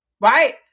right